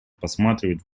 посматривать